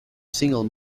single